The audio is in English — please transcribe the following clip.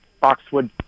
Boxwood